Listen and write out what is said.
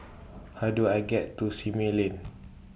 How Do I get to Simei Lane